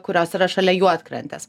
kurios yra šalia juodkrantės